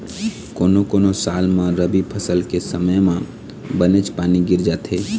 कोनो कोनो साल म रबी फसल के समे म बनेच पानी गिर जाथे